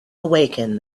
awaken